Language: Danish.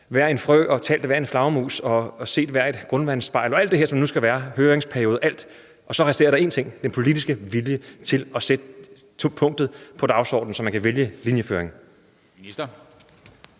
hver en frø, talt hver en flagermus og set på hvert et grundvandsspejl og alt det her, som der nu skal til. Der har været høringsperiode, alt, og så resterer der en ting: Den politiske vilje til at sætte punktet på dagsordenen, så man kan vælge linjeføring. Kl.